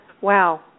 Wow